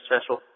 special